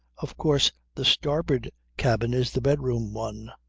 of course the starboard cabin is the bedroom one,